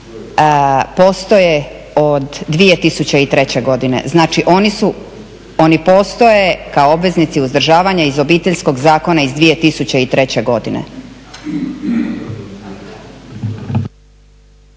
postoje od 2003.godine, znači oni postoje kao obveznici uzdržavanja iz Obiteljskog zakona iz 2003.godine.